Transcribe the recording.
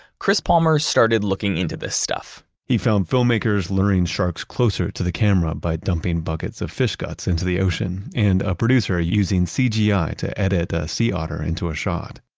chris palmer started looking into this stuff he found filmmakers luring sharks closer to the camera by dumping buckets of fish guts into the ocean and a producer using cgi ah to edit a sea otter into a shot.